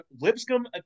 Lipscomb